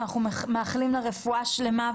ואנחנו מאחלים לה רפואה שלמה,